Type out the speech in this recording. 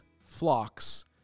flocks